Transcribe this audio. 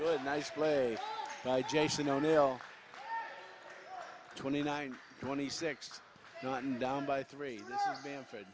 good nice play by jason o'neill twenty nine twenty six not an down by three bamfor